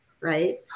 right